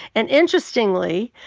and interestingly,